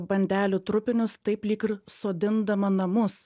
bandelių trupinius taip lyg ir sodindama namus